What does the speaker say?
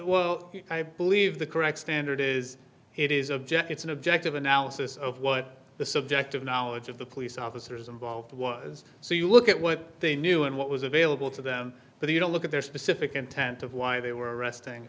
well i believe the correct standard is it is object it's an objective analysis of what the subjective knowledge of the police officers involved was so you look at what they knew and what was available to them but you don't look at their specific intent of why they were arresting